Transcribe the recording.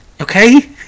okay